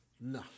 No